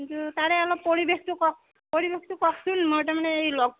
কিন্তু তাৰে অলপ পৰিৱেশটো কওক পৰিৱেশটো কওকচোন মোৰ তাৰমানে এই লগ